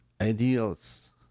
ideals